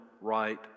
right